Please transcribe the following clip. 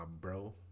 bro